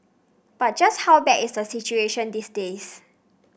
but just how bad is the situation these days